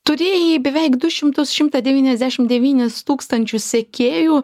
turėjai beveik du šimtus šimtą devyniasdešim devynis tūkstančius sekėjų